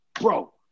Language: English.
bro